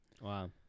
Wow